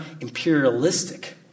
imperialistic